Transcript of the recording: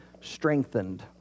strengthened